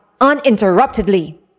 uninterruptedly